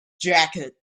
jacket